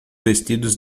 vestidos